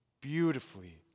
beautifully